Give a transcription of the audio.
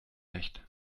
nicht